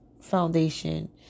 foundation